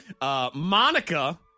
Monica